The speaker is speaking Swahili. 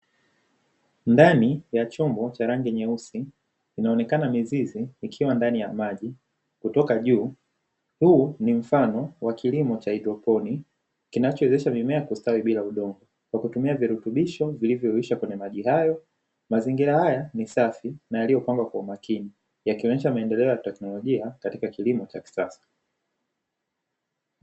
Ndani ya chombo cha rangi nyeusi, unaonekana mizizi ikiwa ndani ya maji kutoka juu. Huu ni mfano wa kilimo cha haidroponi, kinachowezesha mimea kustawi bila udongo kwa kutumia virutubisho vilivyoyeyushwa kwenye maji hayo. Mazingira haya ni safi na yaliyopangwa kwa umakini, yakionyesha maendeleo ya teknolojia katika kilimo cha kisasa.